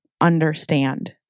understand